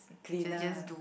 cleaner